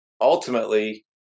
ultimately